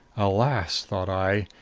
alas, thought i,